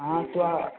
हाँ तो